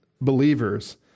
believers